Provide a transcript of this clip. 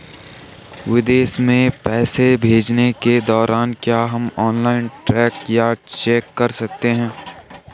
विदेश में पैसे भेजने के दौरान क्या हम ऑनलाइन ट्रैक या चेक कर सकते हैं?